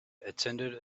attended